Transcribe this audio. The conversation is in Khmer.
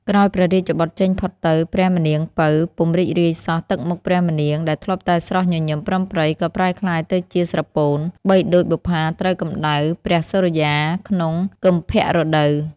ក្រោយព្រះរាជបុត្រចេញផុតទៅ ព្រះម្នាង ពៅ ពុំរីករាយសោះ ទឹកមុខព្រះម្នាងដែលធ្លាប់តែស្រស់ញញឹមប្រិមប្រិយ ក៏ប្រែក្លាយទៅជាស្រពោន បីដូចបុប្ផាត្រូវកម្ដៅព្រះសុរិយាក្នុងគិម្ហៈរដូវ ។